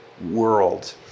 world